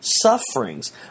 sufferings